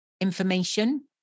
information